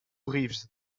reeves